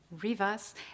Rivas